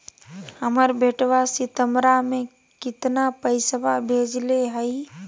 हमर बेटवा सितंबरा में कितना पैसवा भेजले हई?